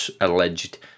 alleged